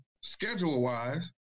schedule-wise